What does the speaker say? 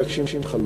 להגשים חלום.